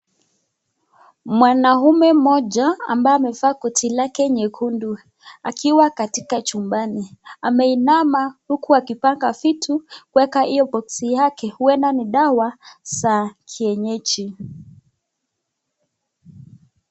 Mwanaume mmoja ambao amevaa koti lake nyekundu ,akiwa katika chumbani ,ameinama huku akipanga vitu kueka iyo box yake huenda ni dawa za kienyeji.